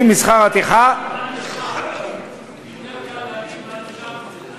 משכר הטרחה יותר קל להגיד מה שנשאר מזה.